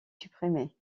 supprimer